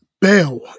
bell